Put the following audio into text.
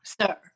sir